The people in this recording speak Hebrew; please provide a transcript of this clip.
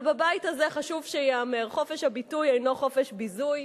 אבל בבית הזה חשוב שייאמר: חופש הביטוי אינו חופש ביזוי.